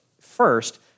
First